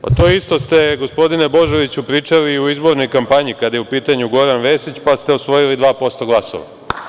Pa, to isto ste gospodine Božoviću pričali i u izbornoj kampanji kada je u pitanju Goran Vesić, pa ste osvojili 2% glasova.